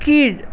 கீழ்